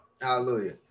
Hallelujah